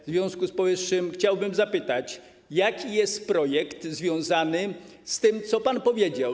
W związku z powyższym chciałbym zapytać: Jaki jest projekt związany z tym, co pan powiedział?